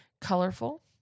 colorful